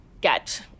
get